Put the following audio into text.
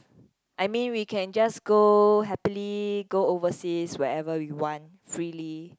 I mean we can just go happily go overseas wherever we want freely